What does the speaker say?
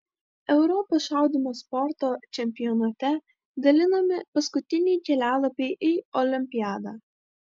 europos šaudymo sporto čempionate dalinami paskutiniai kelialapiai į olimpiadą